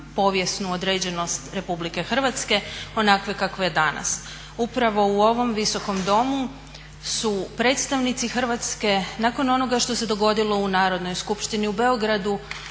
povijesnu određenost RH onakve kakva je danas. Upravo u ovom visokom domu su predstavnici Hrvatske nakon onoga što se dogodilo u Narodnoj skupštini u Beogradu